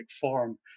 form